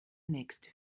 nächste